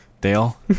Dale